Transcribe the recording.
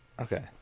Okay